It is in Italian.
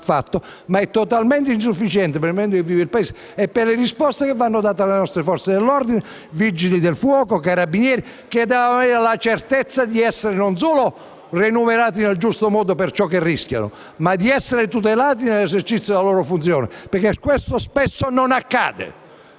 ciò è totalmente insufficiente per il momento che vive il Paese e per le risposte che vanno date alle nostre Forze dell'ordine, ai Vigili del fuoco e ai Carabinieri, che devono avere la certezza di essere non solo remunerati nel giusto modo per ciò che rischiano, ma anche tutelati nell'esercizio della loro funzione, perché questo spesso non accade.